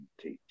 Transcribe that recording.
teach